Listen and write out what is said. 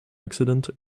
accident